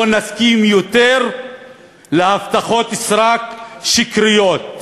לא נסכים יותר להבטחות סרק שקריות,